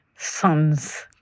sons